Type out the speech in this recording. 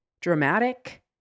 dramatic